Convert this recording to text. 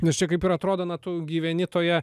nes čia kaip ir atrodo na tu gyveni toje